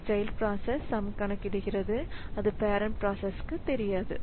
இந்த child process sum கணக்கிடுகிறது அது பேரன்ட் ப்ராசஸ்க்கு தெரியாது